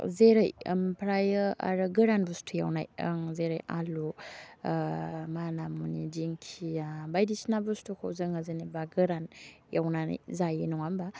जेरै ओमफ्रायो आरो गोरान बुस्थु एवनाय ओं जेरै आलु माना मुनि दिंखिया बायदिसिना बुस्थुखौ जोङो जेनेबा गोरान एवनानै जायो नङा होमबा